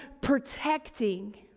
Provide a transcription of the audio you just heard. protecting